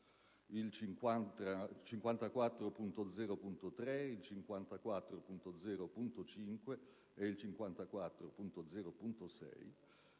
(il 54.0.3, il 54.0.5 e il 54.0.6),